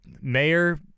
mayor